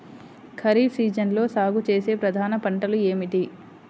ఖరీఫ్ సీజన్లో సాగుచేసే ప్రధాన పంటలు ఏమిటీ?